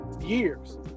years